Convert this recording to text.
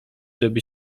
żeby